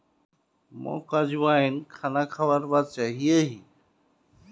मोक अजवाइन खाना खाबार बाद चाहिए ही